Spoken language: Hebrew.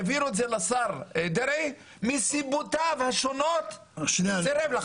העבירו את זה לשר דרעי מסיבותיו השונות הוא סירב לחתום.